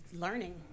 learning